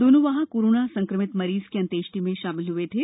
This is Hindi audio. दोनों वहां कोरोना संक्रमित मरीज की अंत्येष्टि में शामिल हए थे